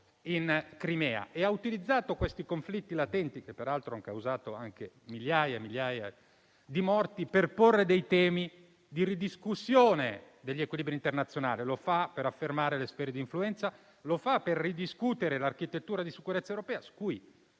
in Crimea. Ha utilizzato questi conflitti latenti, che hanno causato peraltro migliaia e migliaia di morti, per porre dei temi di ridiscussione degli equilibri internazionali. Lo fa per affermare le sfere di influenza e per ridiscutere l'architettura di sicurezza europea, su